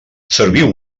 serviu